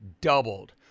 doubled